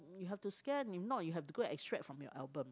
you have to scan if not you have to go extract from your album